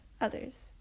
others